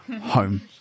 home